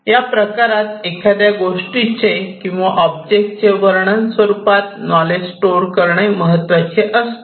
या प्रकारात एखाद्या गोष्टीचे किंवा ऑब्जेक्ट चे वर्णन स्वरूपात नॉलेज स्टोअर करणे महत्त्वाचे असते